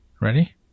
Ready